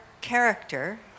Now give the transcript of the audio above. character